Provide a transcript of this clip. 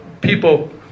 People